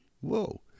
Whoa